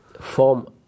form